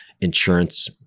Insurance